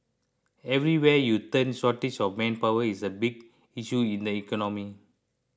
everywhere you turn shortage of manpower is a big issue in the economy